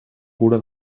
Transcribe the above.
cura